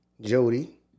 Jody